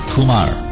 Kumar